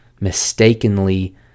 mistakenly